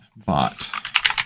bot